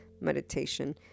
meditation